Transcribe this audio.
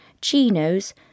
chinos